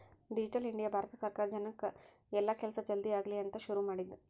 digital India ಭಾರತ ಸರ್ಕಾರ ಜನಕ್ ಎಲ್ಲ ಕೆಲ್ಸ ಜಲ್ದೀ ಆಗಲಿ ಅಂತ ಶುರು ಮಾಡಿದ್ದು